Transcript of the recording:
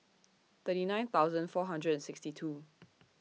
thirty nine thousand four hundred and sixty two